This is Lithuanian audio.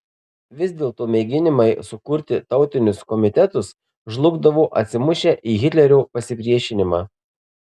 vis dėlto mėginimai sukurti tautinius komitetus žlugdavo atsimušę į hitlerio pasipriešinimą